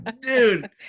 dude